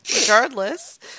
regardless